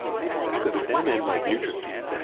exactly. it was them and like nutrasweet,